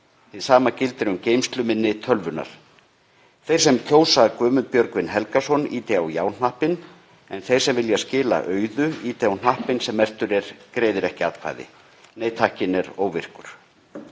Hið sama gildir um geymsluminni tölvunnar. Þeir sem kjósa Guðmund Björgvin Helgason ýti á já-hnappinn en þeir sem vilja skila auðu ýti á hnappinn sem merktur er: Greiðir ekki atkvæði. Nei-takkinn er óvirkur.